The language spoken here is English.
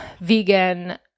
vegan